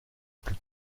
plus